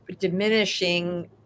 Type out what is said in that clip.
diminishing